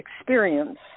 experience